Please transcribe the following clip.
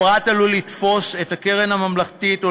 הפרט עלול לתפוס את הקרן הממלכתית כ-Best Advice,